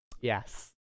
Yes